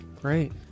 Great